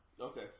Okay